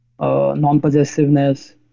non-possessiveness